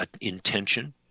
intention